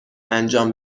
انجام